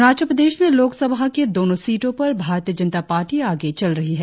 अरुणाचल प्रदेश में लोकसभा की दोनो सीटों पर भारतीय जनता पार्टी आगे चल रही है